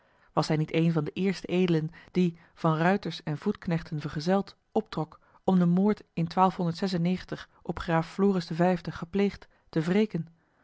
was hij niet een van de eerste edelen die van ruiters en voetknechten vergezeld optrok om den moord op graaf floris v gepleegd te wreken